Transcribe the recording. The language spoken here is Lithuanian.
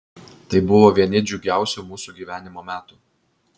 tai buvo vieni džiugiausių mūsų gyvenimo metų